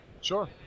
Sure